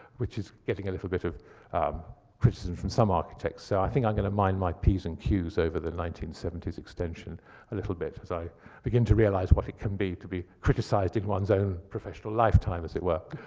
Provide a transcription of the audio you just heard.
which is getting a little bit of criticism from some architects. so i think i'm going to mind my p's and q's over the nineteen seventy s extension a little bit, because i begin to realize what it can be to be criticized in one's own professional lifetime, as it were.